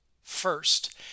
First